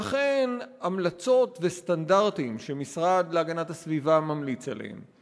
לכן המלצות וסטנדרטים שהמשרד להגנת הסביבה ממליץ עליהם,